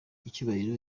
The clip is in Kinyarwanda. icyubahiro